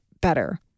better